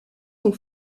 sont